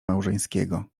małżeńskiego